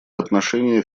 отношениях